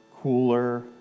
cooler